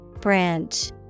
Branch